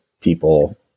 people